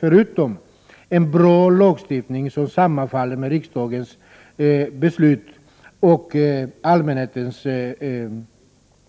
Förutom en bra lagstiftning som sammanfaller med riksdagens beslut och allmänhetens